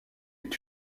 est